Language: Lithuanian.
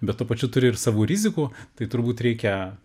bet tuo pačiu turi ir savų rizikų tai turbūt reikia